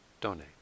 donate